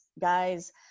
guys